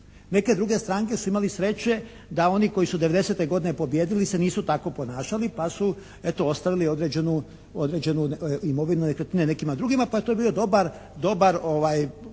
Neke druge stranke su imali sreće da oni koji su '90. godine pobijedili se nisu tako ponašali pa su eto ostavili određenu imovinu, nekretnine nekima drugima pa je to bio dobar polog